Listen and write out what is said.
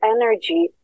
energy